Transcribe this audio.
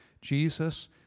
Jesus